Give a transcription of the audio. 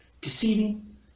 deceiving